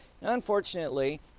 Unfortunately